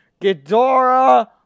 Ghidorah